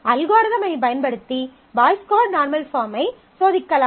அல்காரிதமைப் பயன்படுத்தி Boyce Codd normal பாஃர்ம்மை சோதிக்கலாம்